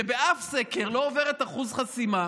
שבאף סקר לא עוברת את אחוז החסימה.